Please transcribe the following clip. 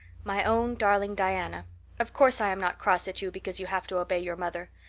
my own darling diana of course i am not cross at you because you have to obey your mother.